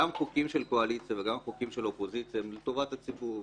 גם חוקים של קואליציה וגם חוקים של אופוזיציה הם לטובת הציבור.